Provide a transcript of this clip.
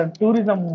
tourism